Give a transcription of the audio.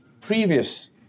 previous